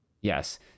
Yes